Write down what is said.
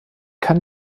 kann